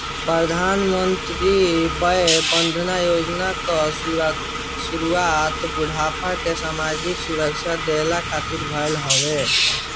प्रधानमंत्री वय वंदना योजना कअ शुरुआत बुढ़ापा में सामाजिक सुरक्षा देहला खातिर भईल हवे